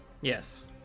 Yes